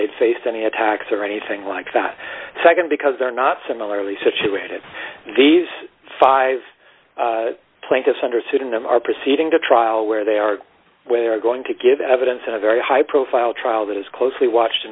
they've faced any attacks or anything like that nd because they're not similarly situated these five plaintiffs under pseudonym are proceeding to trial where they are where they're going to give evidence of a very high profile trial that is closely watched